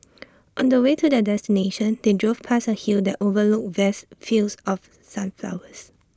on the way to their destination they drove past A hill that overlooked vast fields of sunflowers